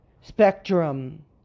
Spectrum